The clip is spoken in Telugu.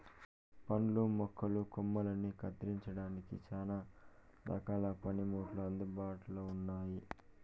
పండ్ల మొక్కల కొమ్మలని కత్తిరించడానికి చానా రకాల పనిముట్లు అందుబాటులో ఉన్నయి